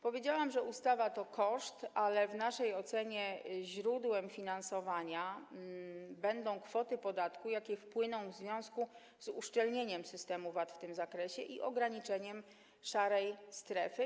Powiedziałam, że ustawa to koszt, ale w naszej ocenie źródłem finansowania jej realizacji będą kwoty podatku, jakie wpłyną w związku z uszczelnieniem systemu VAT w tym zakresie i ograniczeniem szarej strefy.